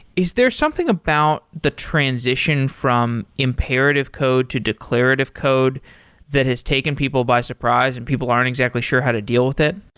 is there something about the transition from imperative code to declarative code that has taken people by surprise and people aren't exactly sure how to deal with it?